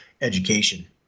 education